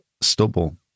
stubble